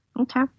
okay